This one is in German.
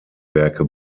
werke